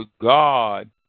God